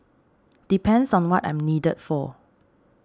depends on what I'm needed for